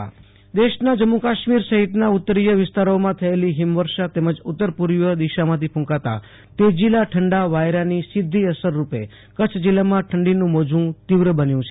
આશુતોષ અંતાણી કચ્છ હવામાન દેશના જમ્મુ કાશ્મીર સહિતના ઉત્તરીય વિસ્તારોમાં થયેલી હીમવર્ષા તેમજ ઉત્તર પૂર્વીય દિશામાંથી કૂંકતા તેજીલા ઠંડા વાયરાની સીધી અસર હેઠળ કચ્છ જીલ્લામાં ઠંડીનું મોજું તીવ્ર બન્યું છે